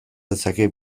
dezake